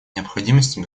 необходимости